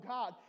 God